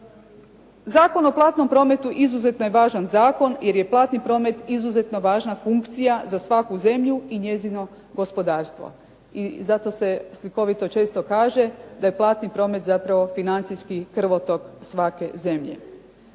Zakon o platnom prometu izuzetno je važan zakon jer je platni promet izuzetno važna funkcija za svaku zemlju i njezino gospodarstvo, i zato se slikovito često kaže da je platni promet zapravo financijski krvotok svake zemlje.